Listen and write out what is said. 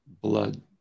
blood